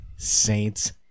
Saints